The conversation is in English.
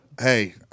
Hey